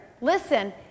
Listen